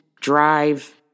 drive